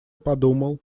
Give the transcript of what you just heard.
подумал